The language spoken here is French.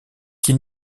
qu’il